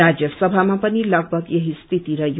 राज्यसभामा पनि तगभग यही स्थिति रहयो